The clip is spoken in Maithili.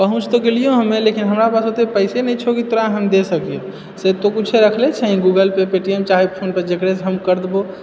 पहुँच तऽ गेलियै हमे लेकिन हमरा पास ओते पैसे नहि छौ कि तोरा हम दे सकियै ऐसे कुछ रखले छे गूगल पे पेटीएम चाहे फोनके डिटेल्स हम कर देबौ